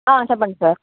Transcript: చెప్పండి సార్